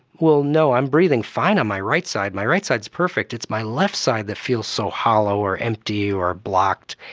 well, no, i'm breathing fine on my right side, my right side is perfect, it's my left side that feels so hollow or empty or blocked.